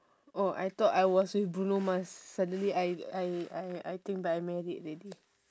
oh I thought I was with bruno mars suddenly I I I I think I married already